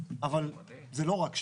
אבל זה לא רק שם.